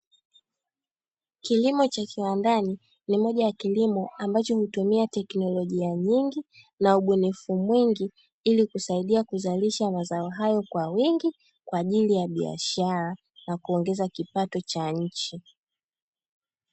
Kilimo cha kiwandani ni moja ya kilimo ambacho hutumia teknolojia nyingi na ubunifu mwingi, ili kusaidia kuzalisha mazao hayo kwa wingi kwa ajili ya biashara na kuongeza kipato cha nchi.